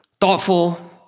thoughtful